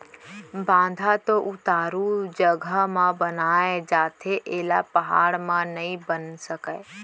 बांधा तो उतारू जघा म बनाए जाथे एला पहाड़ म नइ बना सकय